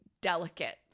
delicate